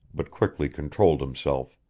but quickly controlled himself.